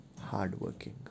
hardworking